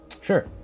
Sure